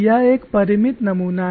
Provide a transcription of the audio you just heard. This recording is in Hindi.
यह एक परिमित नमूना है